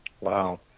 Wow